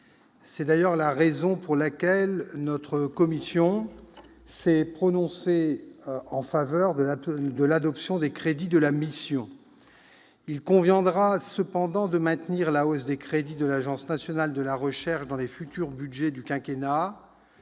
C'est d'ailleurs la raison pour laquelle notre commission s'est prononcée en faveur de l'adoption des crédits de la mission. Il conviendra cependant de maintenir la hausse des crédits de l'Agence nationale de la recherche dans les futurs budgets du quinquennat,